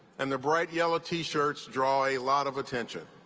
and the bright yellow t-shirts draw a lot of attention.